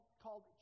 called